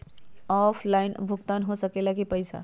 Offline भुगतान हो ला कि पईसा?